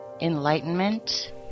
enlightenment